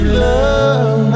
love